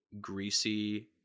greasy